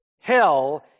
Hell